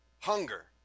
Hunger